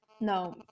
No